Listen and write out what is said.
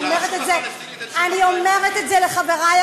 אז לרשות הפלסטינית